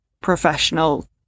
professional